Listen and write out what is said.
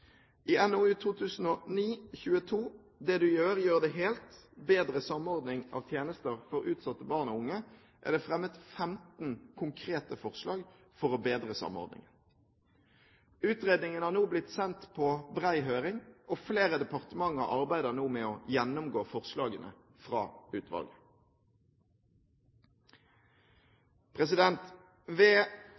I NOU 2009:22, Det du gjør, gjør det helt – bedre samordning av tjenester for utsatte barn og unge, er det fremmet 15 konkrete forslag for å bedre samordningen. Utredningen har blitt sendt på bred høring, og flere departementer arbeider nå med å gjennomgå forslagene fra utvalget. Ved